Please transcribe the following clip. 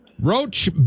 Roach